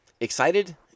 excited